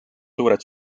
suured